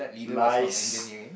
lies